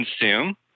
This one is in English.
consume